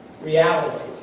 reality